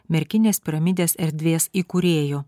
merkinės piramidės erdvės įkūrėju